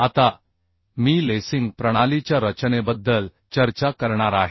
आता मी लेसिंग प्रणालीच्या रचनेबद्दल चर्चा करणार आहे